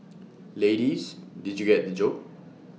ladies did you get the joke